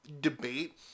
debate